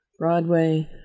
Broadway